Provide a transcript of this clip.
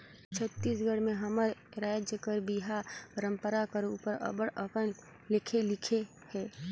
छत्तीसगढ़ी में हमर राएज कर बिहा परंपरा कर उपर अब्बड़ अकन लेख लिखे हे